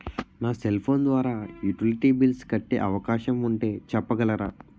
నా cell phone ద్వారా utility bills కట్టే అవకాశం ఉంటే చెప్పగలరా?